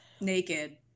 naked